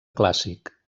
clàssic